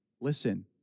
Listen